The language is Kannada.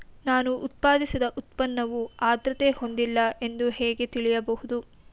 ನಾನು ಉತ್ಪಾದಿಸಿದ ಉತ್ಪನ್ನವು ಆದ್ರತೆ ಹೊಂದಿಲ್ಲ ಎಂದು ಹೇಗೆ ತಿಳಿಯಬಹುದು?